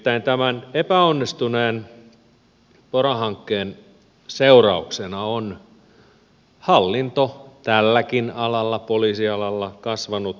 nimittäin tämän epäonnistuneen pora hankkeen seurauksena on hallinto tälläkin alalla poliisialalla kasvanut